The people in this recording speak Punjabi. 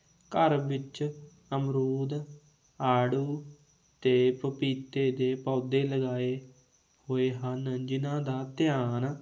ਘਰ ਵਿੱਚ ਅਮਰੂਦ ਆੜੂ ਅਤੇ ਪਪੀਤੇ ਦੇ ਪੌਦੇ ਲਗਾਏ ਹੋਏ ਹਨ ਜਿਨ੍ਹਾਂ ਦਾ ਧਿਆਨ